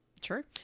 True